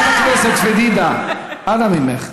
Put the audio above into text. חברת הכנסת פדידה, אנא ממך.